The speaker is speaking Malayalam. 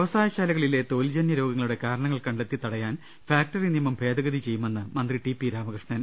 വ്യവസായശാലകളിലെ തൊഴിൽജന്യരോഗങ്ങളുടെ കാരണ ങ്ങൾ കണ്ടെത്തി തടയാൻ ഫാക്ടറി നിയമം ഭേദഗതി വരു ത്തുമെന്ന് മന്ത്രി ടി പി രാമകൃഷ്ണൻ